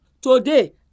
Today